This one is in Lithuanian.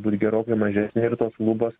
būt gerokai mažesnė ir tos lubos